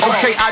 Okay